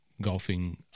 golfing